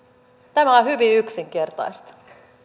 tämä on on hyvin yksinkertaista